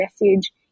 message